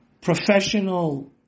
professional